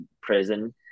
prison